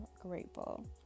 grateful